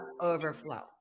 overflow